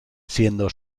siendo